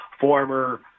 former